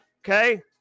Okay